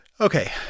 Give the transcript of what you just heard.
Okay